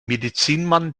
medizinmann